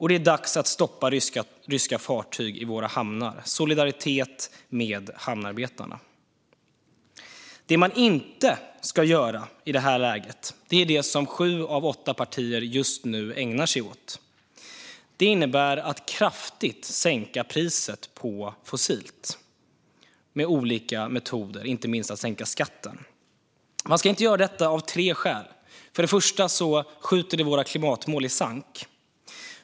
Det är dags att stoppa ryska fartyg i våra hamnar. Solidaritet med hamnarbetarna! Det man inte ska göra i det här läget är det som sju av åtta partier just nu ägnar sig åt: att kraftigt sänka priset på fossilt med olika metoder, inte minst att sänka skatten. Man ska inte göra detta av tre skäl: För det första skjuter det våra klimatmål i sank.